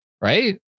right